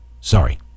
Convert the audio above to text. sorry